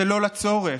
שלא לצורך.